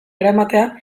eramatea